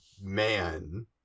man